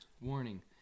Warning